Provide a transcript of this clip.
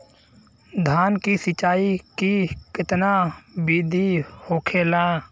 धान की सिंचाई की कितना बिदी होखेला?